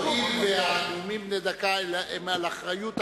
הואיל והנאומים בני דקה הם על אחריות הנואמים,